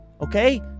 okay